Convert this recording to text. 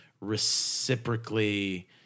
reciprocally